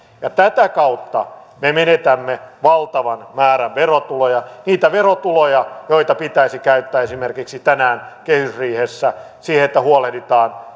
tätä kautta me menetämme valtavan määrän verotuloja niitä verotuloja joita pitäisi käyttää esimerkiksi tänään kehysriihessä siihen että huolehditaan